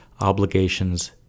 obligations